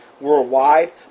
worldwide